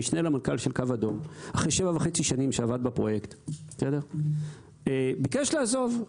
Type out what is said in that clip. המשנה למנכ"ל של הקו האדום אחרי 7.5 שנים שעבד בפרויקט ביקש לעזוב.